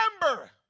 Remember